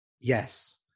Yes